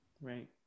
right